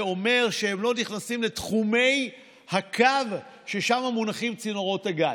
זה אומר שהם לא נכנסים לתחומי הקו ששם מונחים צינורות הגז.